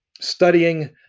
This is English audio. studying